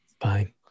Fine